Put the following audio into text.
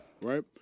right